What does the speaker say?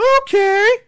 Okay